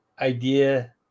idea